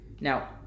Now